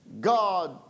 God